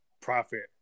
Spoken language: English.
profit